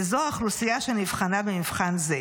וזו האוכלוסייה שנבחנה במבחן זה.